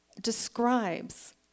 describes